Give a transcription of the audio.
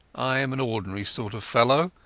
i am an ordinary sort of fellow,